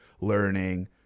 Learning